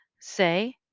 say